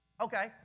Okay